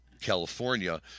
California